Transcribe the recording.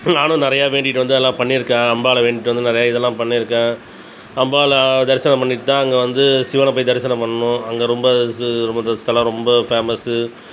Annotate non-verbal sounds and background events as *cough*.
நானும் நிறையா வேண்டிகிட்டு வந்து நல்லா பண்ணிருக்காங்க அம்பாள வேண்டிகிட்டு வந்து நிறையா இதெல்லாம் பண்ணிருக்கேன் அம்பாளை தரிசனம் பண்ணிவிட்டு தான் அங்கே வந்து சிவனை போய் தரிசனம் பண்ணணும் அங்கே ரொம்ப இது *unintelligible* ஸ்தலம் ரொம்ப பேமஸ்ஸு